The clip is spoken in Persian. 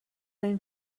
دارین